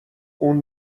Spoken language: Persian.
اون